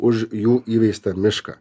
už jų įveistą mišką